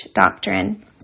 doctrine